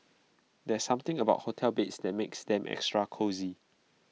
there's something about hotel beds that makes them extra cosy